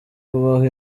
kubaho